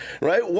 right